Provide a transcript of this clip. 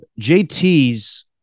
JT's